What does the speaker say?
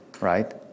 right